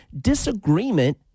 Disagreement